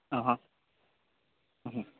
હ હ હ